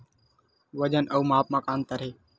वजन अउ माप म का अंतर हे?